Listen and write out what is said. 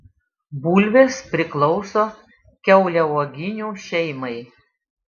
bulvės priklauso kiauliauoginių šeimai